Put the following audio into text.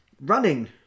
running